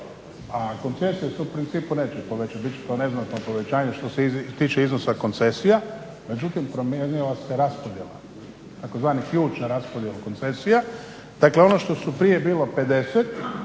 a koncesije se u principu neće povećati. Bit će to neznatno povećanje što se tiče iznosa koncesija. Međutim, promijenila se raspodjela, tzv. ključna raspodjela koncesija. Dakle, ono što su prije bilo 50